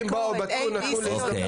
לבוא ולקחת עסק שהותלה לו הרישיון,